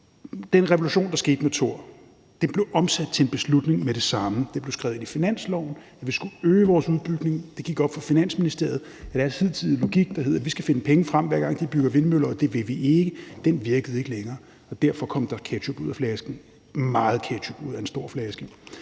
Den revolution, der skete med Thor, blev omsat til en beslutning med det samme. Det blev skrevet ind i finansloven, at vi skulle øge vores udbygning. Det gik op for Finansministeriet, at deres hidtidige logik, der hed »vi skal finde penge frem, hver gang de bygger vindmøller, og det vil vi ikke«, ikke længere virkede. Derfor kom der ketchup ud af flasken – meget ketchup ud af en stor flaske.